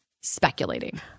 speculating